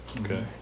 Okay